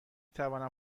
توانم